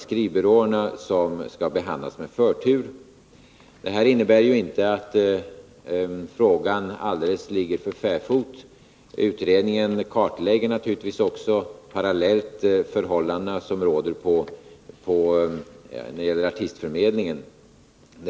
skrivbyråerna som skall behandlas med förtur. Det innebär inte att frågan om artistförmedling alldeles ligger för fäfot. Utredningen kartlägger naturligtvis parallellt de förhållanden som råder på artistförmedlingens område.